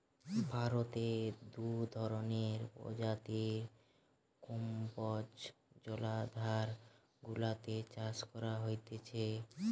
ভারতে দু ধরণের প্রজাতির কম্বোজ জলাধার গুলাতে চাষ করা হতিছে